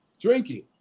Drinking